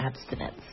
abstinence